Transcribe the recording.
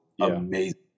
amazing